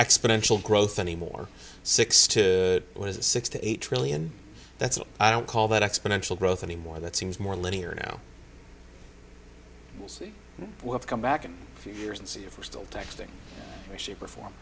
exponential growth anymore six to six to eight trillion that's what i don't call that exponential growth anymore that seems more linear now we'll see we'll come back a few years and see if we're still texting or shape or form